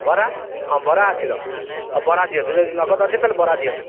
ବରା ହଁ ବରା ଅଛି ତ ହଁ ବରା ଦିଅନ୍ତୁ ଯଦି ନଗଦ ଅଛି ତା'ହେଲେ ବରା ଦିଅନ୍ତୁ